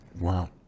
Wow